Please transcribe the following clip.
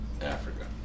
Africa